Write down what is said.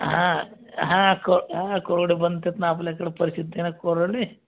हां हां क हां कोरोडे बनतात ना आपल्याकडे प्रसिद्ध आहेत ना कोरोडे